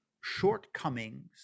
shortcomings